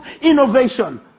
innovation